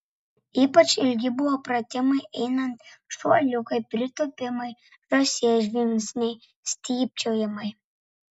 ypač ilgi buvo pratimai einant šuoliukai pritūpimai žąsies žingsniai stypčiojimai